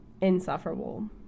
insufferable